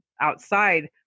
outside